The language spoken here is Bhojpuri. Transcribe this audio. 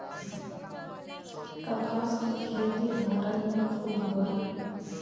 कपास क खेती भारत में खूब होला